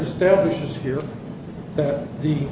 establishes here that he